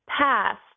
past